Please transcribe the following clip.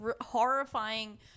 horrifying